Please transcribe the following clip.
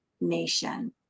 nation